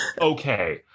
Okay